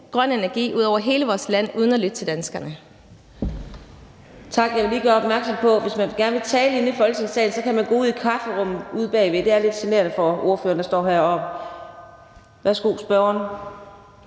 grøn energi ud over hele vores land uden at lytte til danskerne.